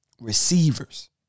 Receivers